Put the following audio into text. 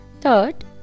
Third